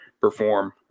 perform